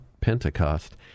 Pentecost